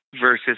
versus